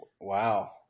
Wow